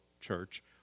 Church